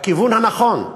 בכיוון הנכון,